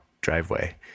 driveway